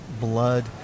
blood